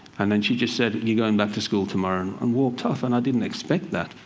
and then she just said, you're going back to school tomorrow. and walked off. and i didn't expect that,